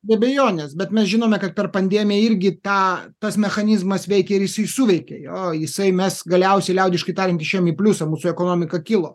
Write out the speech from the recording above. be abejonės bet mes žinome kad per pandemiją irgi tą tas mechanizmas veikė ir jisai suveikė jo jisai mes galiausiai liaudiškai tariant išėjom į pliusą mūsų ekonomika kilo